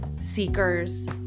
seekers